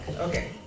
Okay